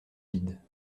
vides